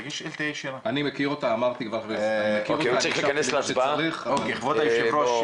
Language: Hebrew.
כבוד היושב ראש,